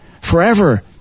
Forever